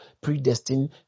predestined